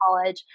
college